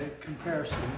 comparison